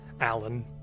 Alan